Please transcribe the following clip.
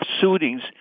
suitings